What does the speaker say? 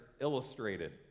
illustrated